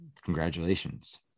Congratulations